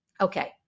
okay